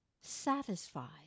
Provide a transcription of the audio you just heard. satisfied